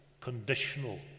conditional